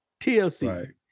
TLC